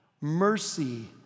mercy